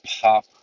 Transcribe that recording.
pop